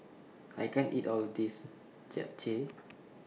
I can't eat All of This Japchae